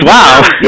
Wow